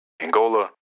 Angola